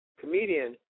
comedian